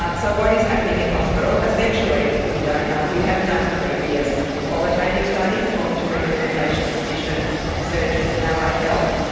ah so what is happening in hospital? essentially we don't know. we have done previous qualitative studies talking to rehabilitation physicians, surgeons and allied health,